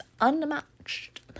unmatched